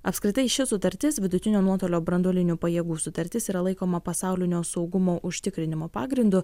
apskritai ši sutartis vidutinio nuotolio branduolinių pajėgų sutartis yra laikoma pasaulinio saugumo užtikrinimo pagrindu